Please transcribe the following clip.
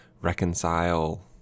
reconcile